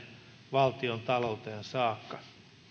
valtiontalouteen saakka